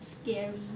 scary